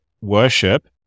worship